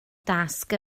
dasg